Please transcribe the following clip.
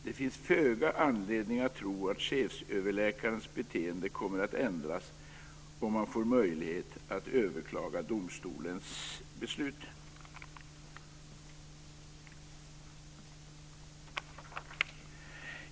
Det finns föga anledning att tro att chefsöverläkarens beteende kommer att ändras om han får möjlighet att överklaga domstolens beslut.